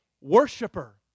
worshiper